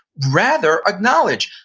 rather acknowledge,